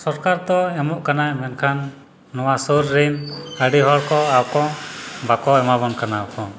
ᱥᱚᱨᱠᱟᱨ ᱫᱚ ᱮᱢᱚᱜ ᱠᱟᱱᱟ ᱢᱮᱱᱠᱷᱟᱱ ᱱᱚᱣᱟ ᱥᱩᱨ ᱨᱤᱱ ᱟᱹᱰᱤ ᱦᱚᱲᱠᱚ ᱟᱠᱚ ᱵᱟᱠᱚ ᱮᱢᱟᱵᱚ ᱠᱟᱱᱟ ᱠᱚ